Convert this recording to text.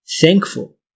Thankful